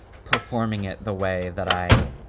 performing it, the way that i